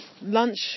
lunch